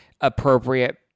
appropriate